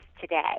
today